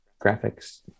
Graphics